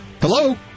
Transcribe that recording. Hello